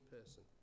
person